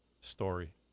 story